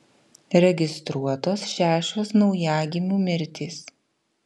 registruotos šešios naujagimių mirtys